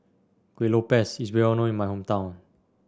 Kueh Lopes is well known in my hometown